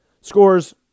scores